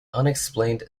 unexplained